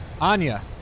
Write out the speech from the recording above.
Anya